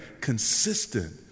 consistent